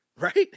right